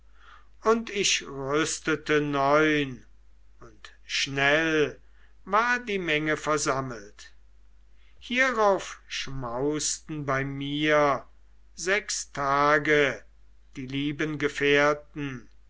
und ich rüstete neun und schnell war die menge versammelt hierauf schmausten bei mir sechs tage die lieben gefährten